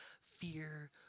fear